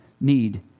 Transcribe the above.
need